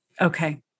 okay